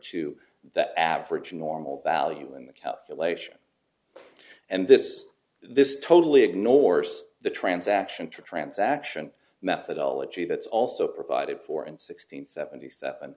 to that average or normal value in the calculation and this is this totally ignores the transaction transaction methodology that's also provided for in sixteen seventy seven